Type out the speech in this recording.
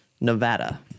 Nevada